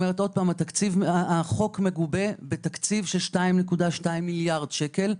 החוק מגובה בתקציב של 2.2 מיליארד שקל.